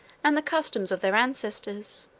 and the customs of their ancestors.